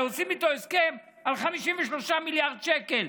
שעושים איתו הסכם על 53 מיליארד שקל,